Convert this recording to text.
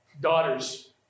daughters